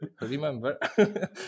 remember